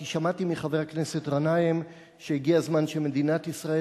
כי שמעתי מחבר הכנסת גנאים שהגיע הזמן שמדינת ישראל